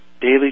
Daily